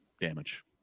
damage